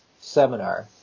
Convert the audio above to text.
seminar